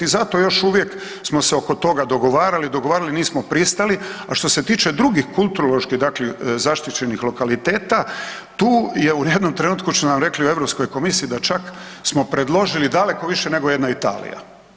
Zato još uvijek smo se oko toga dogovarali, dogovarali, nismo pristali, a što se tiče drugih kulturoloških dakle zaštićenih lokaliteta tu je u jednom trenutku su nam rekli u Europskoj komisiji da čak smo predložili daleko više nego jedna Italija.